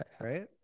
Right